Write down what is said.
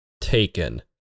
taken